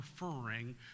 referring